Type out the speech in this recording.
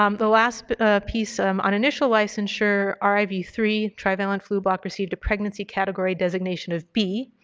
um the last piece um on initial licensure r i v three, trivalent flublok received a pregnancy category designation of b,